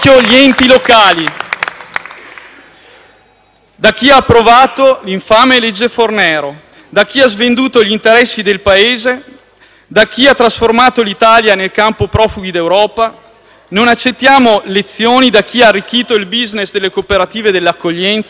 Non accettiamo lezioni da chi ha arricchito il *business* delle cooperative dell'accoglienza. Non accettiamo lezioni da chi non ha saputo tutelare i risparmiatori truffati dalle banche. Non accettiamo lezioni, in definitiva, da chi ha fallito. *(Applausi dai Gruppi